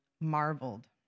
marveled